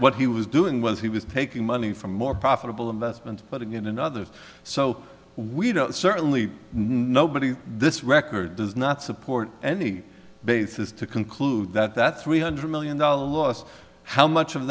what he was doing was he was taking money from more profitable investment but again and others so we don't certainly nobody this record does not support any basis to conclude that that three hundred million dollar loss how much of